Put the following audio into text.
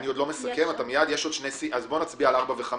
נצביע על 4 ו-5